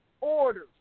orders